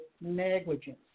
negligence